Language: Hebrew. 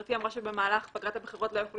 גבירתי אמרה שבמהלך פגרת הבחירות לא יתקיימו